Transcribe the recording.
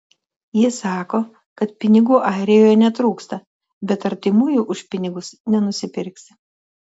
ji sako kad pinigų airijoje netrūksta bet artimųjų už pinigus nenusipirksi